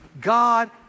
God